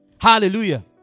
Hallelujah